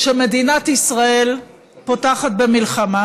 שמדינת ישראל פותחת במלחמה,